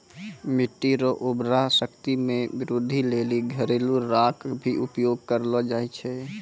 मिट्टी रो उर्वरा शक्ति मे वृद्धि लेली घरेलू राख भी उपयोग करलो जाय छै